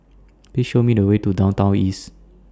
Please Show Me The Way to Downtown East